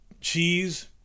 cheese